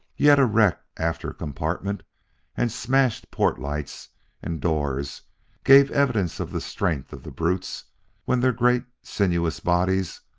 yet a wrecked after compartment and smashed port-lights and doors gave evidence of the strength of the brutes when their great sinuous bodies,